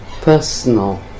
personal